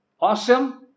awesome